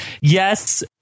yes